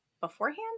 beforehand